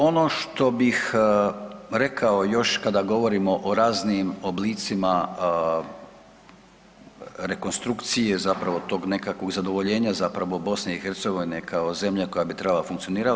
Ono što bih rekao još kada govorimo o raznim oblicima rekonstrukcije zapravo tog nekakvog zadovoljenja zapravo Bosne i Hercegovine kao zemlje koja bi trebala funkcionirati.